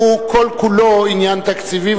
הוא כל-כולו עניין תקציבי,